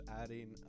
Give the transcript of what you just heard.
adding